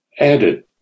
added